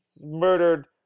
murdered